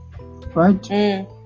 Right